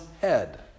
head